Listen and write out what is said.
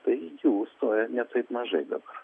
tai jų stoja ne taip mažai dabar